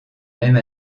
même